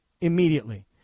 immediately